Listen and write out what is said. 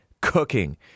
cooking